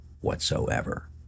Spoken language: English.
whatsoever